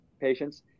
patients